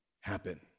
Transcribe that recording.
happen